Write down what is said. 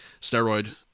steroid